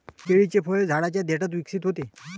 केळीचे फळ झाडाच्या देठात विकसित होते